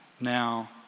Now